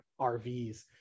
rvs